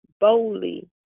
boldly